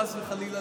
חס וחלילה,